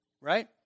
right